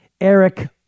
Eric